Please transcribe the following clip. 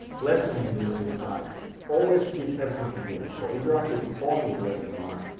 lesson in this is that always keep everything congruent. so if you're actually calling it webinar,